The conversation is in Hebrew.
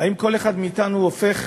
האם כל אחד מאתנו הופך